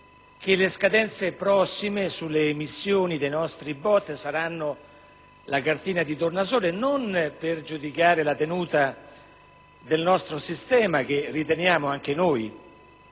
che le prossime scadenze sulle emissioni dei nostri BOT saranno la cartina di tornasole, ma non per giudicare la tenuta del nostro sistema che riteniamo anche noi